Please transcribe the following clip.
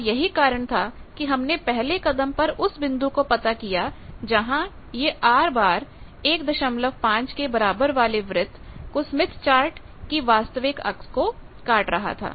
और यही कारण था कि हमने पहले कदम पर उस बिंदु को पता किया जहां यह R15 वाला वृत्त स्मिथ चार्ट की वास्तविक अक्स को काट रहा था